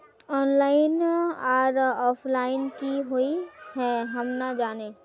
Online आर offline की हुई है हम ना जाने?